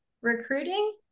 recruiting